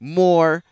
more